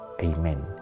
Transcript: Amen